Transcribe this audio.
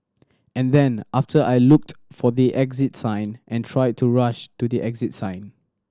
and then after I looked for the exit sign and tried to rush to the exit sign